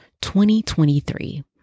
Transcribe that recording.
2023